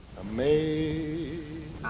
Amazing